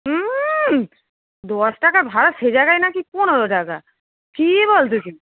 উউউউউউউম দশ টাকা ভাড়া সে জায়গায় নাকি পনেরো টাকা কী বলছ তুমি